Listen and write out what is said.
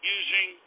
using